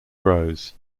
grows